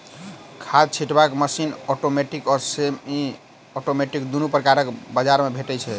खाद छिटबाक machine automatic आ सेमी औटोमेटिक दुनू प्रकारक बजार मे भेटै छै